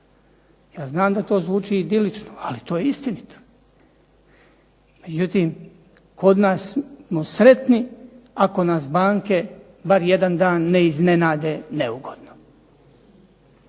Ja znam da to zvuči idilično, ali to je istinito. Međutim, kod nas smo sretni ako nas banke bar jedan dan ne iznenade neugodno.